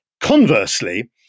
Conversely